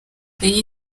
iyi